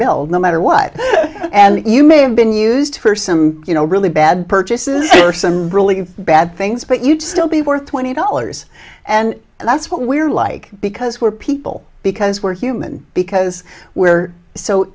bill no matter what and you may have been used for some you know really bad purchases or some really bad things but you'd still be worth twenty dollars and that's what we're like because we're people because we're human because we're so